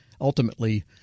ultimately